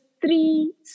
three